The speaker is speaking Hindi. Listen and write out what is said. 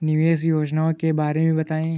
निवेश योजनाओं के बारे में बताएँ?